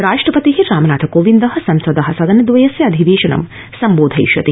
राष्ट्रपति रामनाथ कोविन्दः संसदः सदनद्वयस्य अधिवेशनं सम्बोधयिष्यति